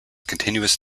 continuous